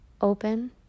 open